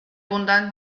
punta